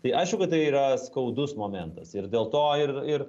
tai aišku kad tai yra skaudus momentas ir dėl to ir ir